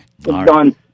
done